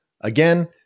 Again